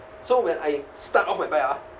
so when I start off my bike ah